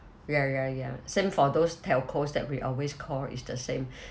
ya ya ya same for those telcos that we always call it's the same